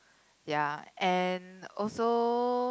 ya and also